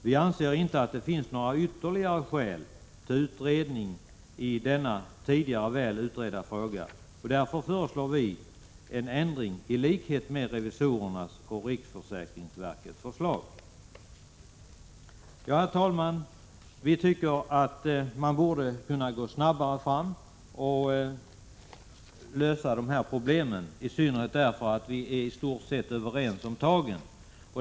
Vi anser inte att det finns några ytterligare skäl att utreda denna tidigare så väl utredda fråga. Därför föreslår vi en ändring i likhet med revisorernas och riksförsäkringsverkets förslag. Herr talman! Vi tycker att man borde kunna gå snabbare fram och lösa dessa problem, i synnerhet som vi i stort sett är överens om tagen.